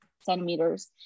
centimeters